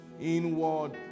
inward